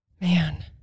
man